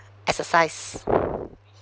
exercise